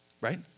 right